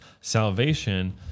salvation